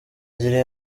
gira